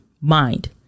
mind